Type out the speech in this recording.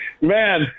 man